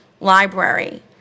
Library